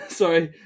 sorry